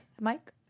Mike